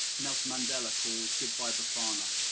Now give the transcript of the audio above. nelson mandela called good by bufana,